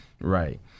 Right